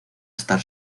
estar